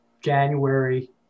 January